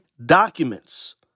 documents